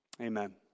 Amen